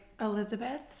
Elizabeth